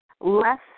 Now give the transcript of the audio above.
less